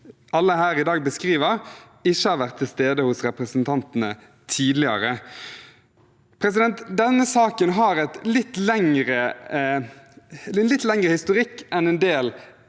alle her i dag beskriver, ikke har vært til stede hos representantene tidligere. Denne saken har en litt lengre historikk enn en del